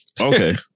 Okay